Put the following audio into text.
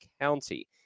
County